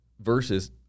versus